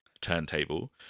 turntable